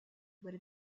with